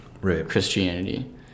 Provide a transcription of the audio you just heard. Christianity